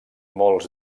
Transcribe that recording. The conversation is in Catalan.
molts